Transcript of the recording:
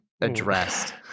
addressed